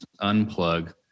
unplug